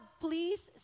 please